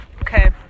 Okay